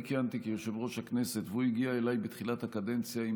כיהנתי כיושב-ראש הכנסת והוא הגיע אליי בתחילת הקדנציה עם